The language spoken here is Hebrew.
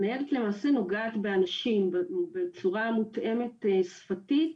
הניידת למעשה נוגעת באנשים בצורה מותאמת שפתית.